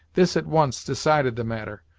this at once decided the matter,